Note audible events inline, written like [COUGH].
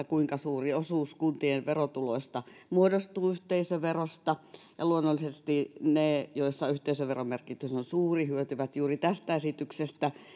[UNINTELLIGIBLE] kuinka suuri osuus kuntien verotuloista muodostuu yhteisöverosta ja luonnollisesti ne joissa yhteisöveron merkitys on suuri hyötyvät juuri tästä esityksestä